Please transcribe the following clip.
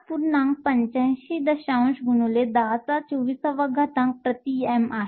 85 x 1024 m 3 आहे